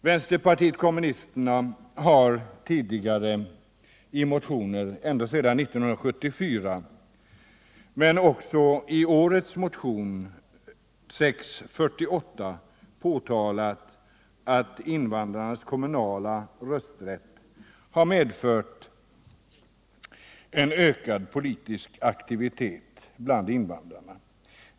Vänsterpartiet kommunisterna har i tidigare motioner och även i år, i motionen 648, påtalat att invandrarnas kommunala rösträtt har medfört en ökad politisk aktivitet bland invandrarna.